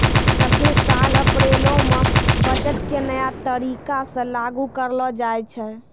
सभ्भे साल अप्रैलो मे बजट के नया तरीका से लागू करलो जाय छै